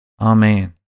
Amen